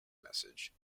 message